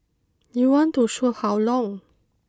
you want to shoot how long